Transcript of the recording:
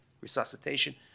resuscitation